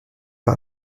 par